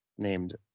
named